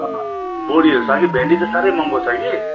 बोडीहरू छ कि भेन्डी त साह्रै महँगो छ कि